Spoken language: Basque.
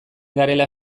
garela